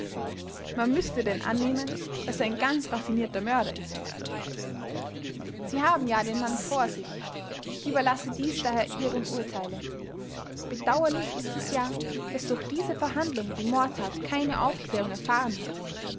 man müßte denn annehmen daß er ein ganz raffinierter mörder ist sie haben ja den mann vor sich ich überlasse dies daher ihrem urteile bedauerlich ist es ja daß durch diese verhandlung die mordtat keine aufklärung erfahren hat